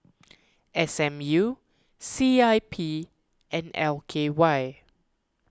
S M U C I P and L K Y